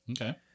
Okay